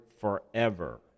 forever